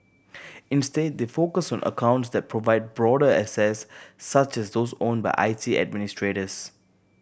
instead they focus on accounts that provide broader access such as those owned by I T administrators